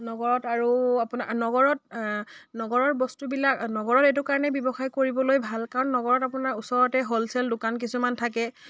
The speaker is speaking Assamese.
নগৰত আৰু আপোনাৰ নগৰত নগৰৰ বস্তুবিলাক নগৰত এইটো কাৰণে ব্যৱসায় কৰিবলৈ ভাল কাৰণ নগৰত আপোনাৰ ওচৰতে হ'লচেল দোকান কিছুমান থাকে